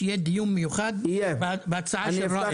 אני מבקש שיהיה דיון מיוחד בהצעה של ראד.